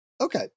Okay